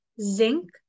Zinc